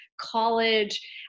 college